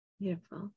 Beautiful